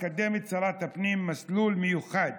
מקדמת שרת הפנים מסלול מיוחד,